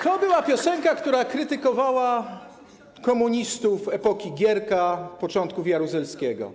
To była piosenka, która krytykowała komunistów epoki Gierka, początków Jaruzelskiego.